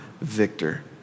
Victor